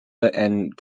and